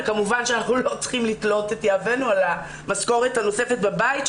וכמובן שאנחנו גם לא צריכים לתלות את יהבנו על המשכורת הנוספת בבית,